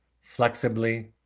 flexibly